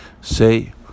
Say